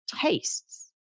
tastes